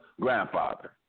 grandfather